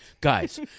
guys